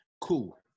Cool